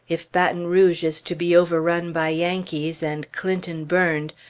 if baton rouge is to be overrun by yankees, and clinton burned,